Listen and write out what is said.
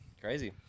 crazy